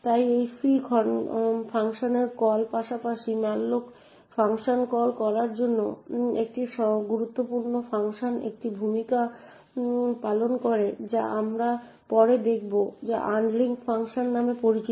তাই এই free function কলের পাশাপাশি malloc ফাংশন কল করার সময় একটি গুরুত্বপূর্ণ ফাংশন একটি ভূমিকা পালন করে যা আমরা পরে দেখব যা আনলিঙ্ক ফাংশন নামে পরিচিত